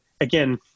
again